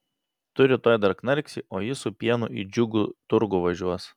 tu rytoj dar knarksi o jis su pienu į džiugų turgų važiuos